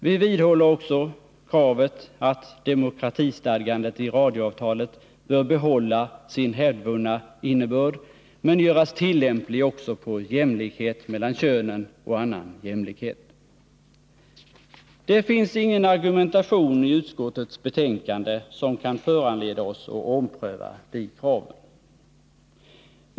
Vi vidhåller också kravet att demokratistadgandet i radioavtalet skall behålla sin hävdvunna innebörd, men göras tillämpligt också på jämlikhet mellan könen och annan jämlikhet. Det finns ingen argumentation i utskottets betänkande som kan föranleda oss att ompröva de kraven.